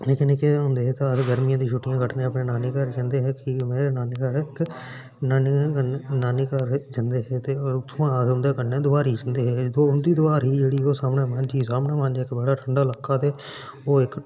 निक्के निक्के होंदे हो तां अपनी गर्मीं दियां छुट्टियां कट्टन अपने नानीघर जंदे हे कि जे मेरा नानीघर जंदे हे उत्थुआं अस उं'दे कन्नै दूआरी जंदे हे दूआरी ही जेह्ड़ी इक सामनै ठंड़ा इलाका हा ओह् इक